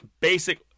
basic